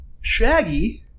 Shaggy